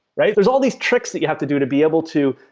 right? there are all these tricks that you have to do to be able to,